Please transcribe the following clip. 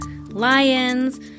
lions